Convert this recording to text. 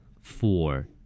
Four